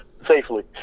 safely